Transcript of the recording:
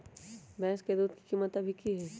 भैंस के दूध के कीमत अभी की हई?